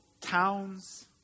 towns